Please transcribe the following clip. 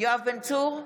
יואב בן צור,